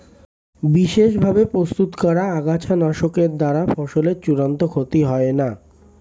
বিশেষ ভাবে প্রস্তুত করা আগাছানাশকের দ্বারা ফসলের চূড়ান্ত ক্ষতি হয় না